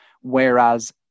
whereas